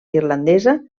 irlandesa